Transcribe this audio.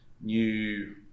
new